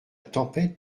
tempête